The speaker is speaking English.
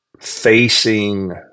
facing